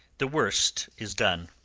the worst is done.